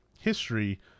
history